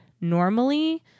normally